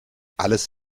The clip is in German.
alles